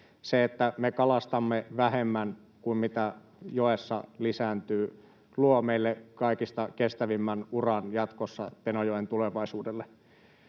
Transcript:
se, että me kalastamme vähemmän kuin mitä joessa lisääntyy, luo meille kaikista kestävimmän uran jatkossa Tenojoen tulevaisuudelle.